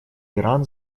иран